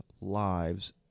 lives